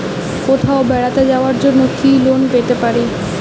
কোথাও বেড়াতে যাওয়ার জন্য কি লোন পেতে পারি?